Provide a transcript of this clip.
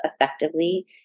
effectively